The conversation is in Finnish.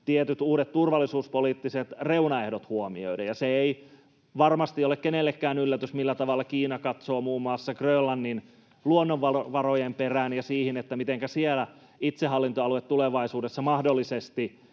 tietyt uudet turvallisuuspoliittiset reunaehdot huomioiden. Ja se ei varmasti ole kenellekään yllätys, millä tavalla Kiina katsoo muun muassa Grönlannin luonnonvarojen perään ja siihen, mitenkä siellä itsehallintoalue tulevaisuudessa mahdollisesti